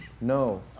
No